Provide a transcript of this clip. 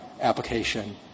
application